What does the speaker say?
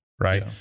Right